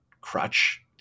crutch